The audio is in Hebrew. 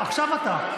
עכשיו אתה.